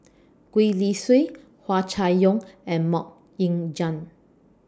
Gwee Li Sui Hua Chai Yong and Mok Ying Jang